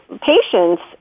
patients